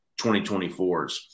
2024s